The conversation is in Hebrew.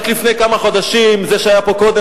רק לפני כמה חודשים זה שהיה פה קודם